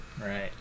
right